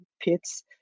pits